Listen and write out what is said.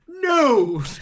no